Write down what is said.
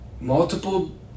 Multiple